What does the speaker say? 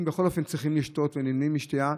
בכל אופן צריכים לשתות ונמנעים משתייה,